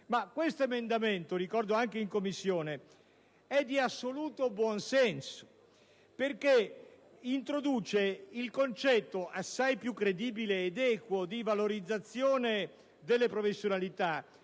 Questo emendamento, però, come ricordato anche in Commissione, è di assoluto buonsenso, perché introduce il concetto, assai più credibile e equo, di valorizzazione delle professionalità,